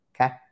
Okay